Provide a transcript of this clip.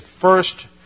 first